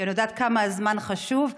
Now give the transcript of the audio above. כי אני יודעת כמה הזמן חשוב,